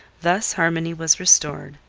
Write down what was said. thus harmony was restored.